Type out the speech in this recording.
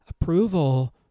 approval